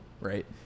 right